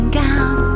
gown